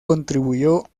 contribuyó